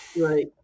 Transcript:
Right